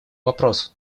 вопросу